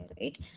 right